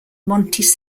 montes